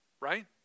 right